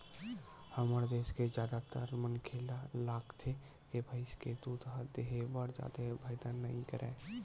हमर देस के जादातर मनखे ल लागथे के भइस के दूद ह देहे बर जादा फायदा नइ करय